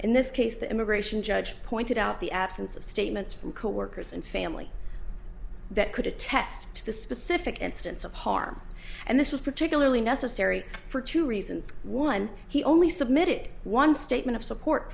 in this case the immigration judge pointed out the absence of statements from coworkers and family that could attest to the specific instance of harm and this was particularly necessary for two reasons one he only submitted one statement of support